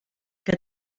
que